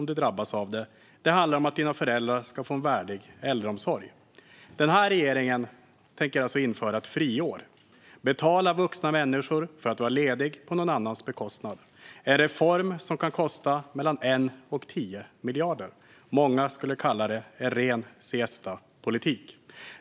Det handlar om att dina föräldrar ska få en värdig äldreomsorg. Den här regeringen tänker införa ett friår, det vill säga betala vuxna människor för att vara lediga på andras bekostnad. Det är en reform som kan kosta mellan 1 och 10 miljarder. Många skulle kalla det en ren siestapolitik.